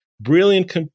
brilliant